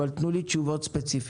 אבל תנו לי גם תשובות ספציפיות,